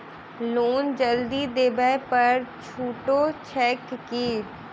Loan जल्दी देबै पर छुटो छैक की?